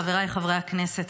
חבריי חברי הכנסת,